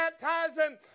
baptizing